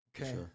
Okay